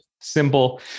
simple